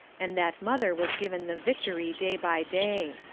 and that mother was given the victory day by day.